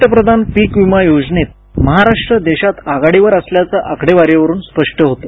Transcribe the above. पंतप्रधान पीक वीमा योजनेत महाराष्ट्र देशात आघाडीवर असल्याचं आकडेवारीवरून स्पष्ट होतं